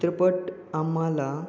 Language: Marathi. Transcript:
चित्रपट आम्हाला